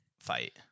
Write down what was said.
fight